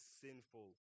sinful